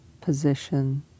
position